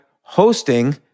hosting